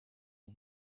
nii